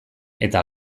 eta